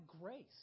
grace